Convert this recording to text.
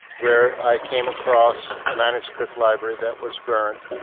where i came across a manuscript library that was burned.